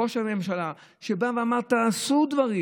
ראש הממשלה בא ואמר: תעשו דברים.